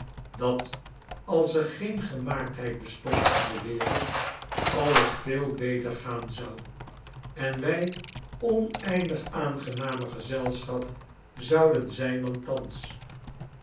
dat als er geen gemaaktheid bestond in de wereld alles veel beter gaan zou en wij oneindig aangenamer gezelschap zouden zijn dan thans